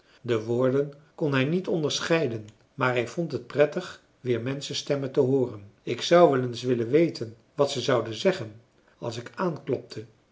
de woorden kon hij niet onderscheiden maar hij vond het prettig weer menschenstemmen te hooren ik zou wel eens willen weten wat ze zouden zeggen als ik aanklopte